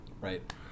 Right